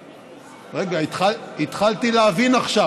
רגע, התחלתי להבין עכשיו.